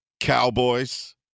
Cowboys